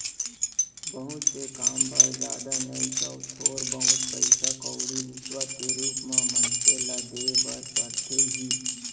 बहुत से काम बर जादा नइ तव थोर बहुत पइसा कउड़ी रिस्वत के रुप म मनसे ल देय बर परथे ही